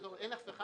אם אין אף אחד,